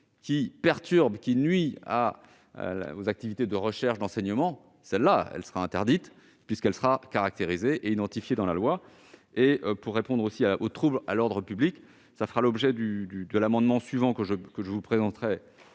qui perturbe et qui nuit aux activités de recherche et d'enseignement sera interdite, puisqu'elle sera caractérisée et identifiée dans la loi. Quant aux « troubles à l'ordre public », ils feront l'objet de l'amendement suivant, que je vous présenterai